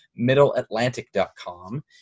MiddleAtlantic.com